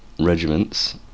Regiments